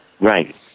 Right